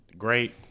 Great